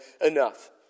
enough